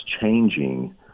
changing